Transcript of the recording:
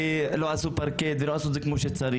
לא עשו פרקט ולא עשו את זה כמו שצריך.